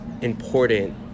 important